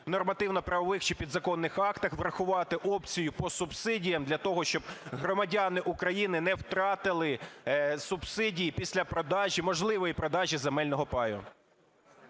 нормативно-правових чи підзаконних актах врахувати опцію по субсидіях для того, щоб громадяни України не втратили субсидії після продажі, можливої продажі земельного паю.